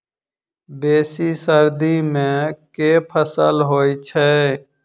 बेसी सर्दी मे केँ फसल होइ छै?